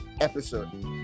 episode